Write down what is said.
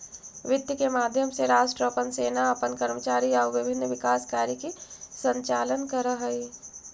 वित्त के माध्यम से राष्ट्र अपन सेना अपन कर्मचारी आउ विभिन्न विकास कार्य के संचालन करऽ हइ